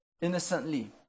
innocently